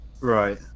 Right